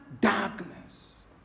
darkness